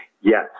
yes